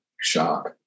shock